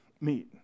meet